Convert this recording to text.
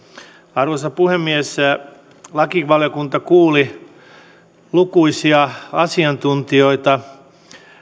arvoisa puhemies lakivaliokunta kuuli lukuisia asiantuntijoita